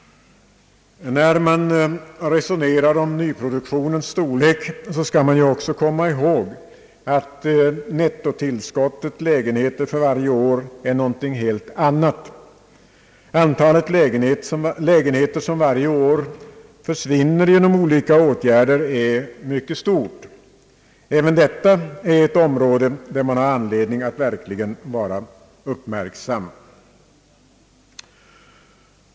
När man resonerar om nyproduktionens storlek skall man också komma ihåg att nettotillskottet lägenheter för varje år är något helt annat. Antalet lägenheter som varje år försvinner genom olika åtgärder är mycket stort. Även detta är ett område där man har anledning att verkligen vara uppmärksam.